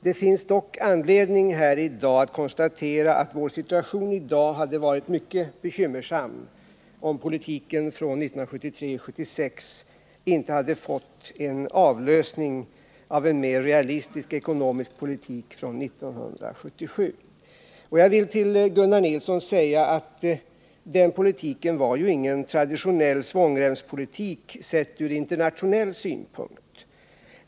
Det finns dock anledning att här konstatera att vår situation i dag hade varit mycket bekymmersam om politiken från tiden 1973-1976 inte hade fått en avlösning av en mera realistisk ekonomisk politik från 1977. Jag vill till Gunnar Nilsson säga: Den politiken var ingen traditionell svångremspolitik, sett ur internationell synpunkt.